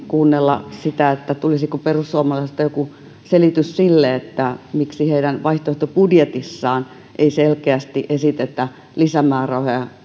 kuunnella sitä tulisiko perussuomalaisilta jokin selitys sille miksi heidän vaihtoehtobudjetissaan ei selkeästi esitetä lisämäärärahoja